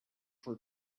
for